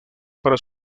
para